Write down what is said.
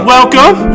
Welcome